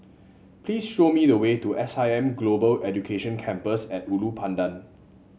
please show me the way to S I M Global Education Campus at Ulu Pandan